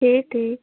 ठीक ठीक